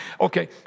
Okay